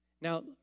Now